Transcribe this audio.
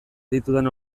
ditudan